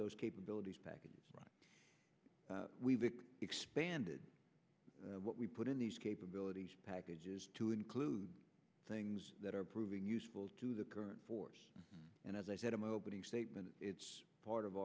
those capabilities packages right we've expanded what we put in these capabilities packages to include things that are proving useful to the current force and as i said i'm opening statement it's part